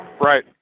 Right